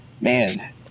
man